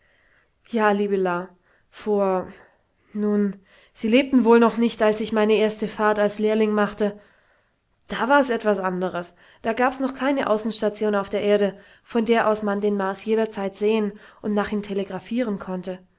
ja liebe la vor nun sie lebten wohl noch nicht als ich meine erste fahrt als lehrling machte da war's etwas anderes da gab's noch keine außenstation auf der erde von der aus man den mars jederzeit sehen und nach ihm telegraphieren konnte